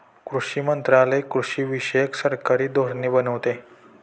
कृषी मंत्रालय कृषीविषयक सरकारी धोरणे बनवते